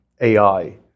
AI